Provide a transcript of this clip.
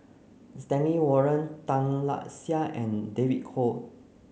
Stanley Warren Tan Lark Sye and David Kwo